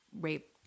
rape